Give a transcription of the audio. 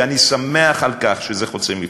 ואני שמח על כך שזה חוצה מפלגות,